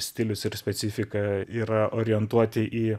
stilius ir specifika yra orientuoti į